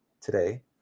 today